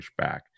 pushback